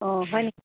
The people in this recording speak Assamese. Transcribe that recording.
অঁ হয় নেকি